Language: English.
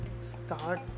start